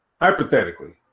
Hypothetically